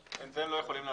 את זה הם לא יכולים לעשות.